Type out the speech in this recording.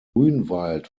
grünwald